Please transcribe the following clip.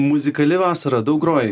muzikali vasara daug groji